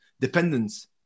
Dependence